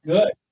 Good